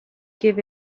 give